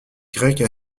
grecque